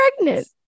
pregnant